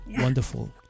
Wonderful